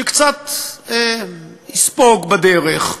שקצת יספוג בדרך.